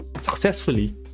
successfully